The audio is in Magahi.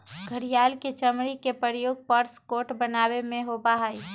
घड़ियाल के चमड़ी के प्रयोग पर्स कोट बनावे में होबा हई